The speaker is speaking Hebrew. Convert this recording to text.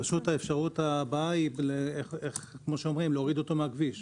הבאה היא להוריד אותו מהכביש,